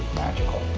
magical.